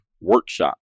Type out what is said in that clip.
workshop